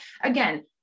Again